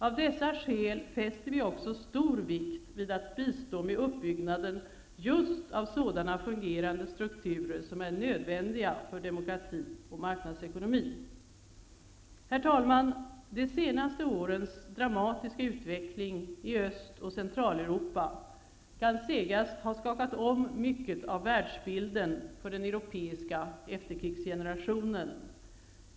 Av dessa skäl fäster vi också stor vikt vid att bistå med uppbyggnaden just av sådana fungerande strukturer som är nödvändiga för demokrati och marknadsekonomi. Herr talman! De senaste årens dramatiska utveckling i Öst och Centraleuropa kan sägas ha skakat om mycket av världsbilden för den europeiska efterkrigsgenerationen.